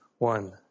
One